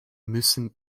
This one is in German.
müssen